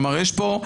כלומר, יש פה,